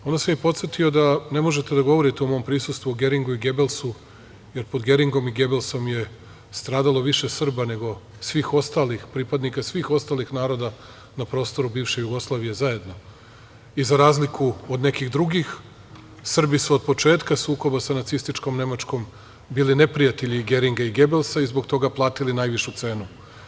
Onda sam ih podsetio da ne možete da govorite u mom prisustvu o Geringu i Gebelsu, jer pod Geringom i Gebelsom je stradalo više Srba, nego svih ostalih pripadnika svih ostalih naroda, na prostoru bivše Jugoslavije, zajedno i za razliku od nekih drugih, Srbi su od početka sukoba sa nacističkom Nemačkom, bili neprijatelji Geringa i Gebelsa i zbog toga platili najvišu cenu.